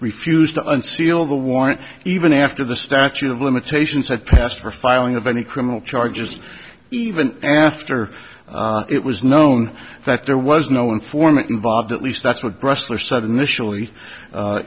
refused to unseal the warrant even after the statute of limitations had passed for filing of any criminal charges even after it was known that there was no informant involved at least that's what